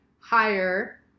higher